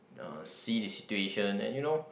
uh see the situation and you know